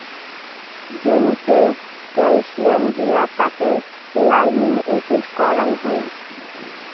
জমিতে ক্যালসিয়াম দিয়া তাকে লাইমিং এজেন্ট করাং হই